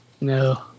no